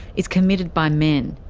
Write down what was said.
is committed by men.